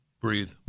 Breathe